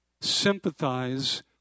sympathize